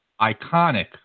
iconic